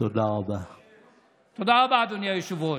תודה רבה, אדוני היושב-ראש.